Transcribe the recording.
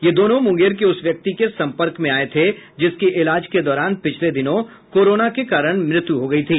ये दोनों मुंगेर के उस व्यक्ति के सम्पर्क में आये थे जिसकी इलाज के दौरान पिछले दिनों कोरोना के कारण मृत्यु हो गयी थी